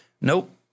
Nope